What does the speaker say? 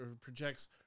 projects